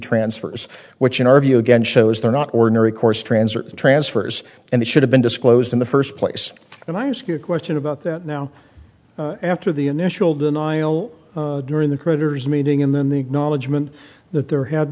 transfers which in our view again shows they're not ordinary course transfers transfers and they should have been disclosed in the first place and i ask you a question about that now after the initial denial during the creditors meeting in the knowledge meant that there had